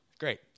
Great